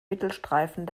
mittelstreifen